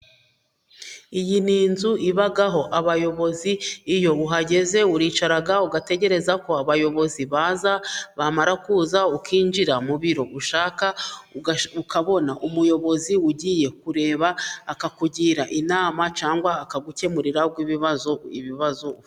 Iyi ni inzu ibaho abayobozi, iyo uhageze uricara, ugategereza ko abayobozi baza, bamara kuza, ukinjira mu biro ushaka, ukabona umuyobozi ugiye kureba, akakugira inama cyangwa akagukemurira ibibazo.